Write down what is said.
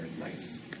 life